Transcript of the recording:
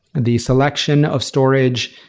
the selection of storage,